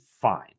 fine